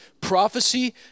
Prophecy